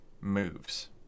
moves